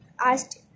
asked